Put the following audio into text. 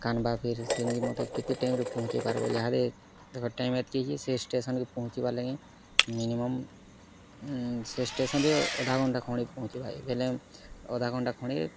କାନ୍ଦ୍ବା ଫେର୍ ସେନିକେ ମତେ କେତେ ଟାଇମ୍ରେ ପହଞ୍ଚେଇ ପାର୍ବ ଇହାଦେ ଦେଖ ଟାଇମ୍ ଏତ୍କି ହେଇଛେ ସେ ଷ୍ଟେସନ୍କେ ପହଞ୍ଚିବାର୍ ଲାଗି ମିନିମମ୍ ସେ ଷ୍ଟେସନ୍ରେ ଅଧା ଘଣ୍ଟା ଖଣ୍ଡେ ପହଞ୍ଚେଇବା ଲାଗି ବେଲେ ଅଧା ଘଣ୍ଟା ଖଣ୍ଡେ